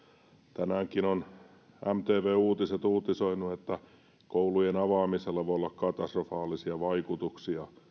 tänäänkin ovat mtvn uutiset uutisoineet että koulujen avaamisella voi olla katastrofaalisia vaikutuksia